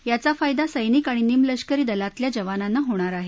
याचा फायदा सैनिक आणि निमलष्करी दलातल्या जवानांना होणार आहे